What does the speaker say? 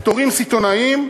פטורים סיטונאיים,